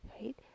right